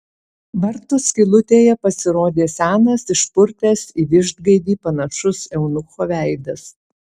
vartų skylutėje pasirodė senas išpurtęs į vištgaidį panašus eunucho veidas